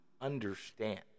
understand